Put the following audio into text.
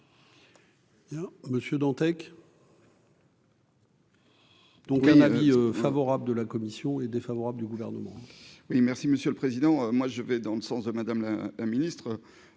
Monsieur Dantec. Donc un avis favorable de la commission est défavorable du gouvernement. Oui, merci Monsieur le Président, moi je vais dans le sens de madame un un ministre